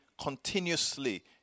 continuously